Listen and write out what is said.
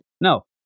No